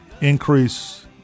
increase